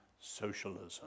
socialism